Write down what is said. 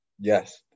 Yes